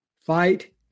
Fight